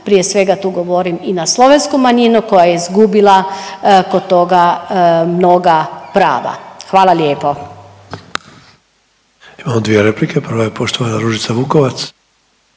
prije svega tu govorim i na slovensku manjinu koja je izgubila kod toga mnoga prava, hvala lijepo.